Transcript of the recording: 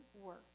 work